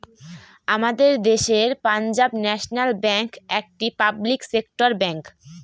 আমাদের দেশের Punjab national bank একটি পাবলিক সেক্টর ব্যাঙ্ক